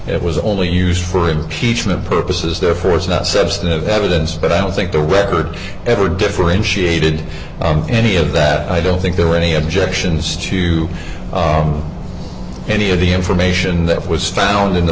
it was only used for impeachment purposes there for us not substantive evidence but i don't think the record ever differentiated on any of that i don't think there were any objections to any of the information that was found in the